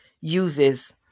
uses